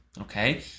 okay